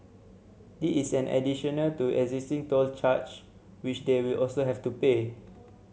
this is in additional to existing toll charge which they will also have to pay